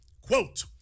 quote